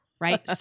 Right